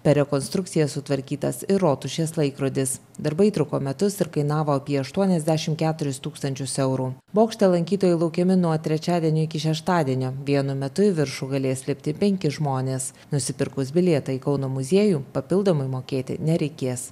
per rekonstrukciją sutvarkytas ir rotušės laikrodis darbai truko metus ir kainavo apie aštuoniasdešimt keturis tūkstančius eurų bokšte lankytojai laukiami nuo trečiadienio iki šeštadienio vienu metu į viršų galės lipti penki žmonės nusipirkus bilietą į kauno muziejų papildomai mokėti nereikės